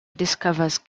discovers